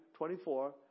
24